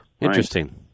Interesting